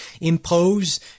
impose